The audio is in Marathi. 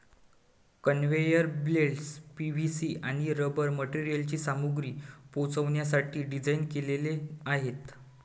कन्व्हेयर बेल्ट्स पी.व्ही.सी आणि रबर मटेरियलची सामग्री पोहोचवण्यासाठी डिझाइन केलेले आहेत